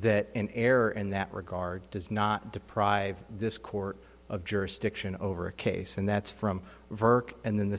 that an error in that regard does not deprive this court of jurisdiction over a case and that's from virk and then the